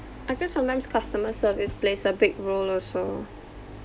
I guess sometimes customer service plays a big role also